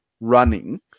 running